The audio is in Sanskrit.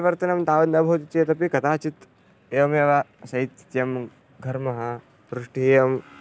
परिवर्तनं तावत् न भवति चेदपि कदाचित् एवमेव शैत्यं घर्मः वृष्टिः एवं